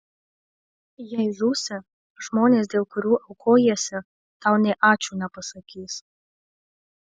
jei žūsi žmonės dėl kurių aukojiesi tau nė ačiū nepasakys